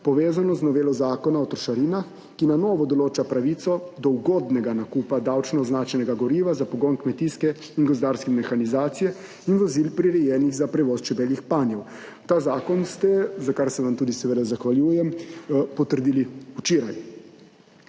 povezano z novelo Zakona o trošarinah, ki na novo določa pravico do ugodnega nakupa davčno označenega goriva za pogon kmetijske in gozdarske mehanizacije in vozil, prirejenih za prevoz čebeljih panjev. Ta zakon ste, za kar se vam seveda tudi zahvaljujem, potrdili včeraj.